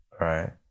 right